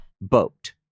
boat